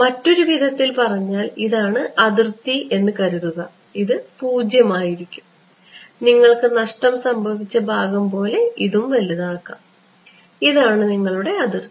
മറ്റൊരു വിധത്തിൽ പറഞ്ഞാൽ ഇതാണ് അതിർത്തി എന്ന് കരുതുക ഇത് 0 ആയിരിക്കും നിങ്ങൾക്ക് നഷ്ടം സംഭവിച്ച ഭാഗം ഇതുപോലെ വലുതാക്കാം ഇതാണ് നിങ്ങളുടെ അതിർത്തി